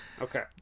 Okay